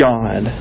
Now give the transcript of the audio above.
God